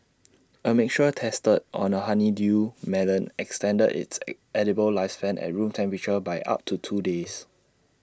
A mixture tested on A honeydew melon extended its edible lifespan at room temperature by up to two days